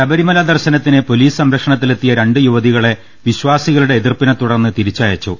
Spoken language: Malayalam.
ശബരിമല ദർശനത്തിന് പൊലീസ് സംരക്ഷണ ത്തിലെത്തിയ രണ്ട് യുവതികളെ വിശ്വാസികളുടെ എതിർപ്പിനെത്തുടർന്ന് വതിരിച്ചയച്ചു